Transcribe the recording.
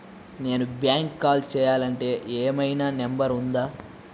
నేను బ్యాంక్కి కాల్ చేయాలంటే ఏమయినా నంబర్ ఉందా?